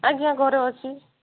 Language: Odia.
ଆଜ୍ଞା ଘରେ ଅଛି